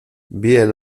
bien